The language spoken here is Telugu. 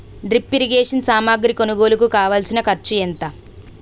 డ్రిప్ ఇరిగేషన్ సామాగ్రి కొనుగోలుకు కావాల్సిన ఖర్చు ఎంత